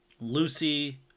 Lucy